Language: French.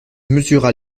mesura